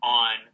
on